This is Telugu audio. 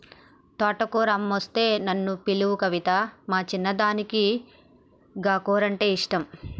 తోటకూర అమ్మొస్తే నన్ను పిలువు కవితా, మా చిన్నదానికి గా కూరంటే ఇష్టం